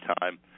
time